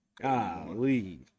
golly